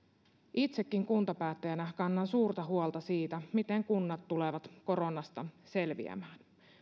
itsekin kuntapäättäjänä kannan suurta huolta siitä miten kunnat tulevat koronasta selviämään